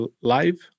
live